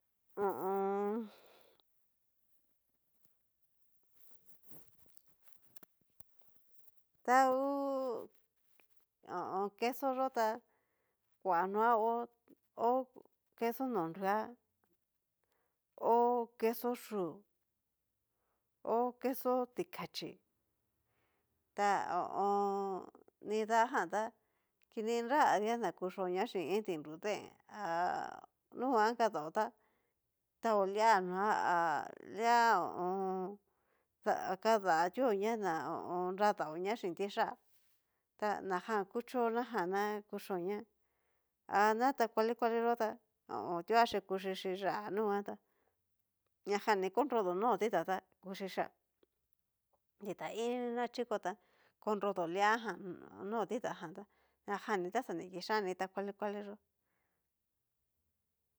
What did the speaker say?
Ho o on. ta ngu queso yó tá, kua noa hó hó queso no nruá, hó queso yú, ho queso tikachí, ta nida jan ta kini nra adia na kuxhioña xin iin ti nrudeen ha nunguan kadaó tá taó lia nóa ha lia ho o on kadatuóña ná ho o on. nradaoña chin tiyá, ta najan kuchó najan ná kuxhioña an ta kuali kuali yó ta otuaxhi kuxhixi yá a nrunguan tá, ñajan ni korodo no ditá ta kuxhixhia dita inini na xhiko ta konrodo lia jan no dikta jan ta najani ta xa ni kixhani ta kuali kuali yó.